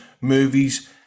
movies